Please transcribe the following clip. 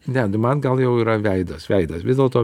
ne nu man gal jau yra veidas veidas vis dėlto